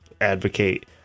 advocate